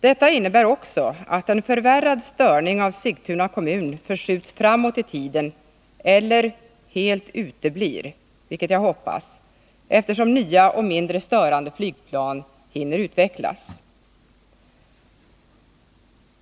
Detta innebär också att en förvärrad störning av Sigtuna kommun förskjuts framåt i tiden eller, vilket jag hoppas, helt uteblir, eftersom nya och mindre störande flygplan hinner utvecklas.